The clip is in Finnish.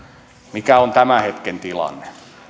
mikä on tämän hetken tilanne